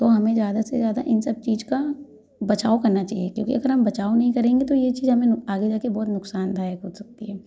तो हमें ज़्यादा से ज़्यादा इन सब चीज का बचाव करना चाहिए क्योंकि अगर हम बचाव नहीं करेंगे तो ये चीज हमें आगे जा के बहुत नुकसानदायक हो सकती है